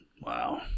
Wow